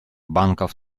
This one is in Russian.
банков